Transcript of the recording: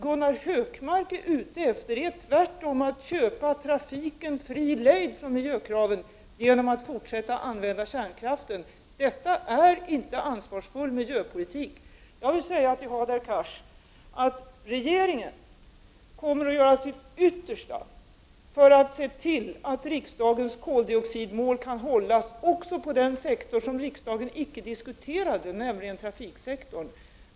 Gunnar Hökmark är tvärtom ute efter att köpa trafiken fri lejd från miljökraven genom att fortsätta att använda kärnkraften. Detta är inte ansvarsfull miljöpolitik. Hadar Cars, regeringen kommer att göra sitt yttersta för att se till att riksdagens koldioxidmål kan hållas också på den sektor som riksdagen icke diskuterade, nämligen trafiksektorn.